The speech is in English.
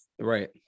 Right